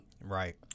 Right